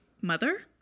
mother